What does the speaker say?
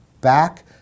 back